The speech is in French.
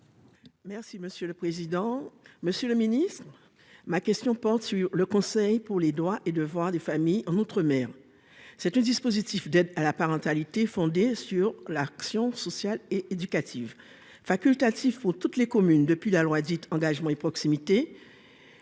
Merci monsieur le président, Monsieur le ministre, ma question porte sur le Conseil pour les droits et devoirs des familles en outre-mer c'est un dispositif d'aide à la parentalité fondée sur l'action sociale et éducative facultatif faut toutes les communes depuis la loi dite engagement et proximité.